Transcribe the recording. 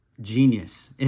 genius